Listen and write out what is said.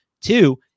Two